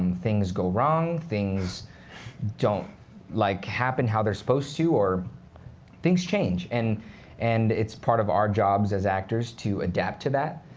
things go wrong. things don't like happen how they're supposed to, or things change. and and it's part of our jobs as actors to adapt to that.